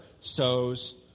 sows